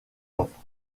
offre